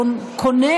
או קונה,